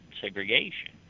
segregation